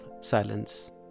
silence